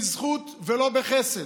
בזכות ולא בחסד.